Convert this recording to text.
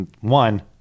one